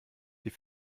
die